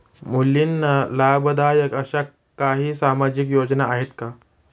मुलींना लाभदायक अशा काही सामाजिक योजना आहेत का?